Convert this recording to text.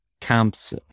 camps